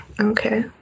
Okay